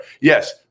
Yes